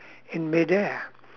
in mid air